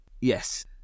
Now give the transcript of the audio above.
Yes